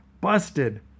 Busted